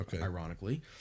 ironically